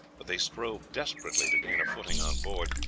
but they strove desperately to gain a footing on board,